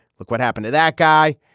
look what happened to that guy.